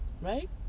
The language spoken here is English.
Right